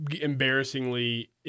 embarrassingly